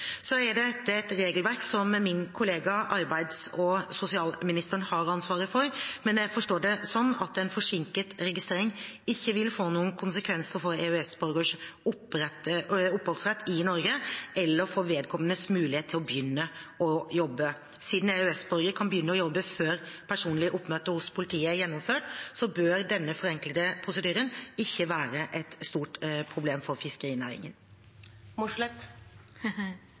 Dette er et regelverk som min kollega arbeids- og sosialministeren har ansvaret for, men jeg forstår det slik at en forsinket registrering ikke vil få noen konsekvenser for EØS-borgerens oppholdsrett i Norge eller for vedkommendes mulighet til å begynne å jobbe. Siden EØS-borgere kan begynne å jobbe før personlig oppmøte hos politiet er gjennomført, bør denne forenklede prosedyren ikke være et stort problem for